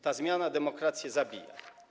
Ta zmiana demokrację zabija.